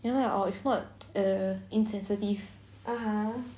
ya or if not insensitive